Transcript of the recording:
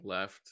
left